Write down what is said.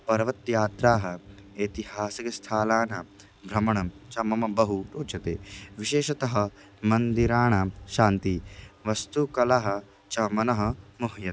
पर्वतयात्राः ऐतिहासिकस्थलानां भ्रमणं च मम बहु रोचते विशेषतः मन्दिराणां शान्ति वास्तुकलाः च मनः मोह्यते